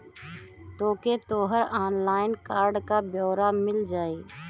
तोके तोहर online card क ब्योरा मिल जाई